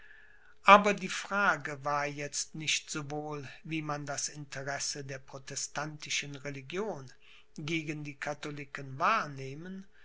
aber die frage war jetzt nicht sowohl wie man das interesse der protestantischen religion gegen die katholiken wahrnehmen